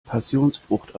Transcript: passionsfrucht